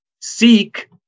seek